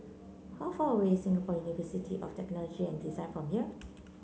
how far away is Singapore University of Technology and Design from here